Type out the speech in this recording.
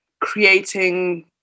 creating